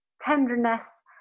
tenderness